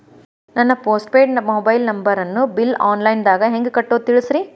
ನನ್ನ postpaid mobile ನಂಬರನ್ನು bill online ದಾಗ ಹೆಂಗ್ ಕಟ್ಟೋದು ತಿಳಿಸ್ರಿ